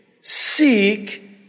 Seek